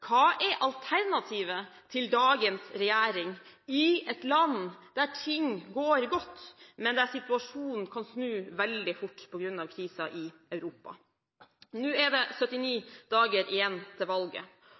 Hva er alternativet til dagens regjering, i et land der ting går godt, men der situasjonen kan snu veldig fort på grunn av krisen i Europa? Det er 79 dager igjen til valget,